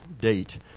date